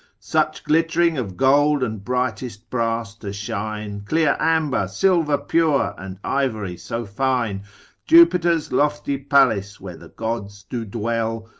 such glittering of gold and brightest brass to shine, clear amber, silver pure, and ivory so fine jupiter's lofty palace, where the gods do dwell,